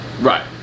right